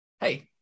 hey